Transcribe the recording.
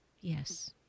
Yes